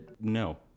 No